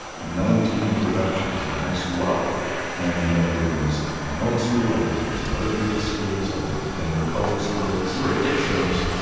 nineteen productions in high school whoa and i did ones at my own school. i did ones at other people's schools. i did denver public schools. you were addicted. shows.